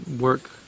work